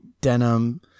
denim